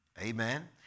Amen